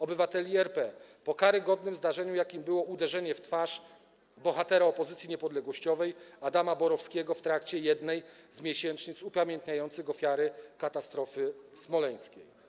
Obywateli RP po karygodnym zdarzeniu, jakim było uderzenie w twarz bohatera opozycji niepodległościowej Adama Borowskiego w trakcie jednej z miesięcznic upamiętniających ofiary katastrofy smoleńskiej.